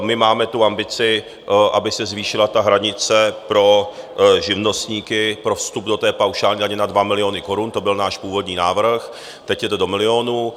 My máme tu ambici, aby se zvýšila hranice pro živnostníky pro vstup do paušální daně na 2 miliony korun, to byl náš původní návrh, teď je to do milionu.